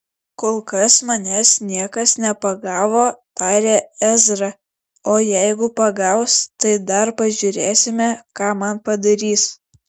kol kas manęs niekas nepagavo tarė ezra o jeigu pagaus tai dar pažiūrėsime ką man padarys